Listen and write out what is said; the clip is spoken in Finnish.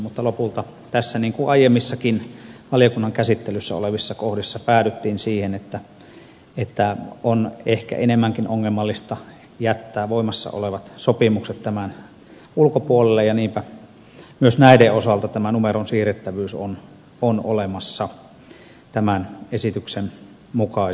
mutta lopulta tässä niin kuin aiemmissakin valiokunnan käsittelyssä olevissa kohdissa päädyttiin siihen että on ehkä enemmänkin ongelmallista jättää voimassa olevat sopimukset tämän ulkopuolelle ja niinpä myös näiden osalta numeron siirrettävyys on olemassa tämän esityksen mukaisesti